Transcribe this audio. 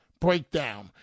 breakdown